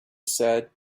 said